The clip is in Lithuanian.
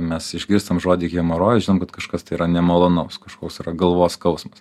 mes išgirstam žodį hemorojus žinom kad kažkas tai yra nemalonaus kažkoks galvos skausmas